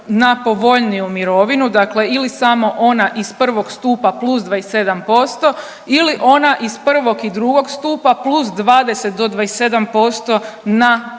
na povoljniju mirovinu, dakle ili samo ona iz prvog stupa plus 27% ili ona iz prvog i drugog stupa plus 20 do 27% na prvi